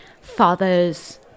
father's